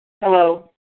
Hello